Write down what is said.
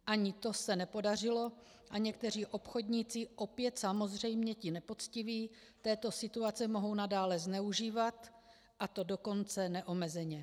Ani to se nepodařilo a někteří obchodníci, opět samozřejmě ti nepoctiví, této situace mohou nadále zneužívat, a to dokonce neomezeně.